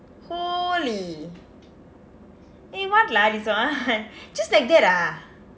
holy eh what lah this [one] just like that ah